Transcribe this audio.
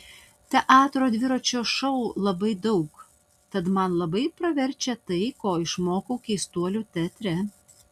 teatro dviračio šou labai daug tad man labai praverčia tai ko išmokau keistuolių teatre